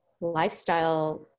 lifestyle